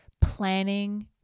planning